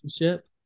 relationship